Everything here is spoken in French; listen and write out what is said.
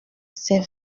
c’est